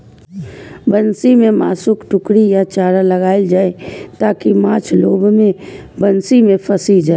बंसी मे मासुक टुकड़ी या चारा लगाएल जाइ, ताकि माछ लोभ मे बंसी मे फंसि जाए